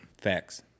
Facts